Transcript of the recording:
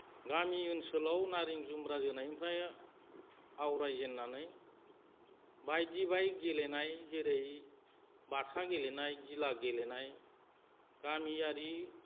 गामि ओनसोलाव नारें जुम्ब्रा जोनायनिफ्राय आवरायजेन्नानै बायदि बाय गेलेनाय जेरै बाथा गेलेनाय गिला गेलेनाय गामियारि